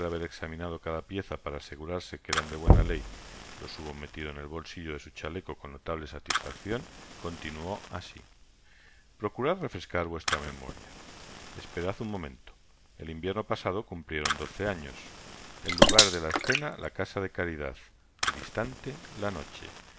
haber examinado cada pieza para asegurarse que eran de buena ley los hubo metido en el bolsillo de su chaleco con notable satisfaccion continuó asi procurad refrescar vuestra memoria esperad un momento el invierno pasado cumplieron doce años el lugar de la escena la casa de caridad el instante la noche